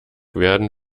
werden